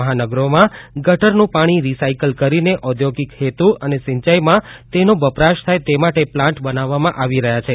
મહાનગરોમાં ગટરનું પાણી રીસાઈકલ કરીને ઓઘોગીક હેતુ અને સીંચાઈમાં તેનો વપરાશ થાય તે માટે પ્લાન્ટ બનાવવામાં આવી રહયાં છે